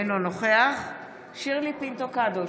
אינו נוכח שירלי פינטו קדוש,